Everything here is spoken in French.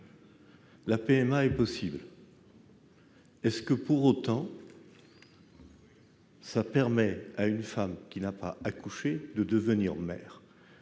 La PMA est possible. Pour autant, permet-elle à une femme qui n'a pas accouché de devenir mère ?